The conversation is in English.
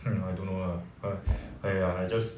can't remember I don't know lah but !aiya! I just